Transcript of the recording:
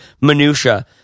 minutiae